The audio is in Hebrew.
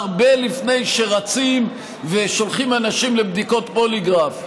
הרבה לפני שרצים ושולחים אנשים לבדיקות פוליגרף,